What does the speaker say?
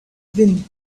been